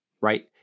Right